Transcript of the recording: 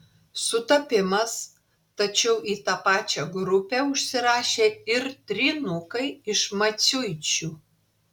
sutapimas tačiau į tą pačią grupę užsirašė ir trynukai iš maciuičių